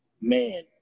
man